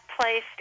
placed